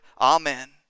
amen